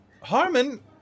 Harmon